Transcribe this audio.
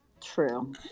true